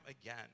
again